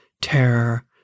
terror